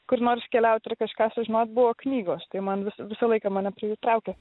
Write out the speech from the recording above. kur nors keliaut ir kažką sužinot buvo knygos tai man visą laiką mane traukė